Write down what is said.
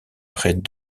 près